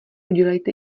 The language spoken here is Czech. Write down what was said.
udělejte